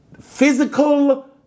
physical